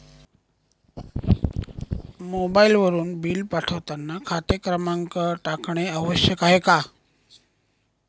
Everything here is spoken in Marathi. मोबाईलवरून बिल पाठवताना खाते क्रमांक टाकणे आवश्यक आहे का?